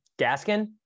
Gaskin